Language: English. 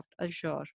Azure